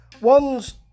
one's